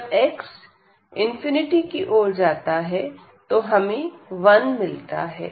जब x→∞ जाता है तो हमें 1 मिलता है